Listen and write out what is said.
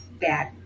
bad